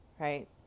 right